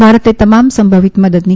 ભારતે તમામ સંભંવીત મદદની